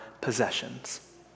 possessions